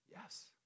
yes